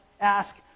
ask